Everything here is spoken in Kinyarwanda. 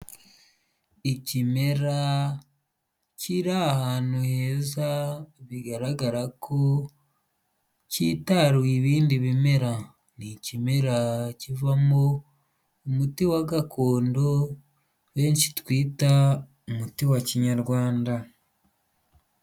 Ikimera kiri ahantu heza bigaragara ko kitaruye ibindi bimera. Ni ikimera kivamo umuti wa gakondo benshi twita umuti wa kinyarwanda.